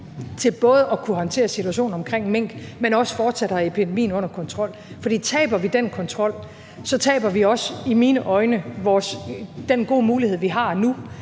til både at kunne håndtere situationen vedrørende mink, men også fortsat have epidemien under kontrol. For taber vi den kontrol, taber vi også i mine øjne den gode mulighed, vi har nu,